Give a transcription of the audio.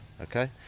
Okay